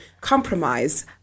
compromise